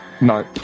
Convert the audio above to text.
no